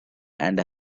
and